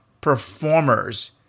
performers